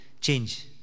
Change